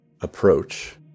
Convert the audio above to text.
approach